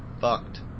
fucked